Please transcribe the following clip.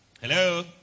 hello